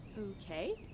Okay